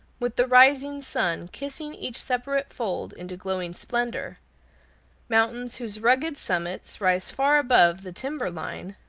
with the rising sun kissing each separate fold into glowing splendor mountains whose rugged summits rise far above the timber line,